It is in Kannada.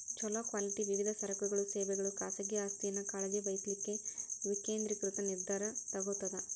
ಛೊಲೊ ಕ್ವಾಲಿಟಿ ವಿವಿಧ ಸರಕುಗಳ ಸೇವೆಗಳು ಖಾಸಗಿ ಆಸ್ತಿಯನ್ನ ಕಾಳಜಿ ವಹಿಸ್ಲಿಕ್ಕೆ ವಿಕೇಂದ್ರೇಕೃತ ನಿರ್ಧಾರಾ ತೊಗೊತದ